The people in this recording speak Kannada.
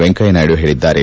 ವೆಂಕಯ್ಯ ನಾಯ್ಡು ಹೇಳಿದ್ದಾರೆ